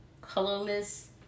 colorless